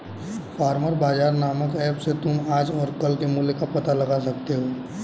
farmer बाजार नामक app से तुम आज और कल के मूल्य का पता लगा सकते हो